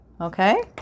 Okay